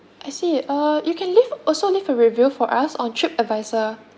I see uh you can leave also leave a review for us on TripAdvisor